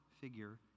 figure